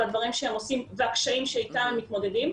הדברים שהם עושים והקשיים איתם הם מתמודדים.